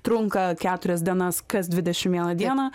trunka keturias dienas kas dvidešim vieną dieną